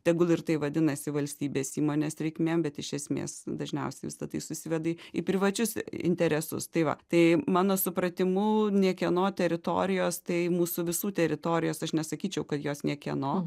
tegul ir tai vadinasi valstybės įmonės reikmėm bet iš esmės dažniausiai visa tai susiveda į į privačius interesus tai va tai mano supratimu niekieno teritorijos tai mūsų visų teritorijos aš nesakyčiau kad jos niekieno